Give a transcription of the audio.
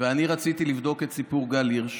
ואני רציתי לבדוק את סיפור גל הירש.